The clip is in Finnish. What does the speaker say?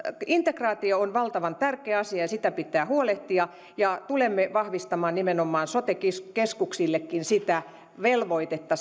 integraatio on valtavan tärkeä asia ja siitä pitää huolehtia tulemme vahvistamaan nimenomaan sote keskuksillekin velvoitetta